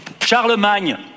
Charlemagne